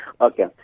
Okay